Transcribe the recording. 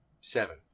Seven